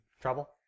Trouble